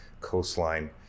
coastline